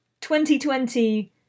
2020